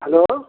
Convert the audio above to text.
hello